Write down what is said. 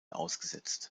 ausgesetzt